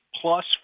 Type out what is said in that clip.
plus